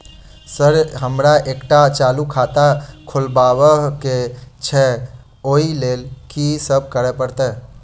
Sir हमरा एकटा चालू खाता खोलबाबह केँ छै ओई लेल की सब करऽ परतै?